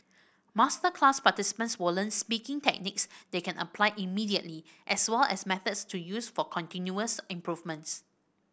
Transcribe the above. masterclass participants will learn speaking techniques they can apply immediately as well as methods to use for continuous improvement